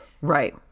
Right